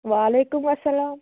وعلیکُم اسلام